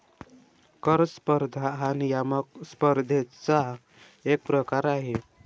कर स्पर्धा हा नियामक स्पर्धेचा एक प्रकार आहे